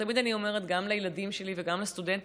תמיד אני אומרת גם לילדים שלי וגם לסטודנטים,